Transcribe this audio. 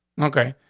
okay,